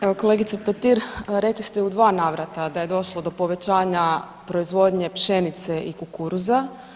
Evo kolegice Petir rekli ste u dva navrata da je došlo do povećanja proizvodnje pšenice i kukuruza.